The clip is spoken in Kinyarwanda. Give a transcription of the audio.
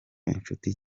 inshuti